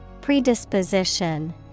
Predisposition